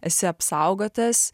esi apsaugotas